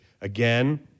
again